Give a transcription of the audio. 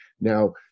now